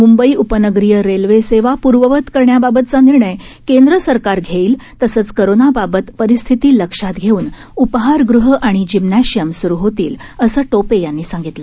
मुंबई उपनगरीय रेल्वे सेवा पूर्ववत करण्याबाबतचा निर्णय केंद्रसरकार घेईल तसंच कोरोनाबाबत परिस्थिति लक्षात घेऊन उपाहारग़ह आणि जिम्नॅशिअम स्रु होतील असं टोपे यांनी सांगितलं